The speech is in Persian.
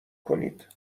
کنید